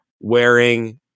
wearing